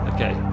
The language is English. Okay